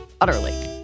Utterly